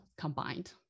combined